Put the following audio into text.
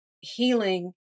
healing